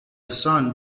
son